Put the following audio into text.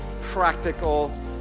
practical